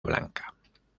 blanca